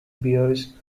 beers